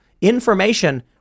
information